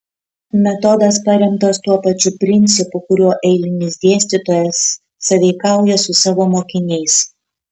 metodas paremtas tuo pačiu principu kuriuo eilinis dėstytojas sąveikauja su savo mokiniais